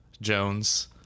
Jones